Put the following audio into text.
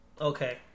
Okay